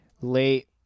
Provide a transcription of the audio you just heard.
late